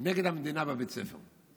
נגד המדינה בבית ספר,